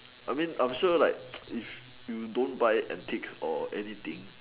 I mean I'm sure like if you don't buy antiques or anything